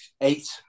eight